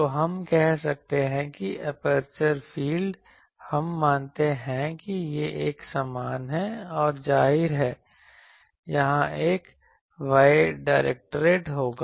तो हम कह सकते हैं कि एपर्चर फील्ड हम मानते हैं कि यह एक समान है और जाहिर है यहां यह y डायरेक्टेड होगा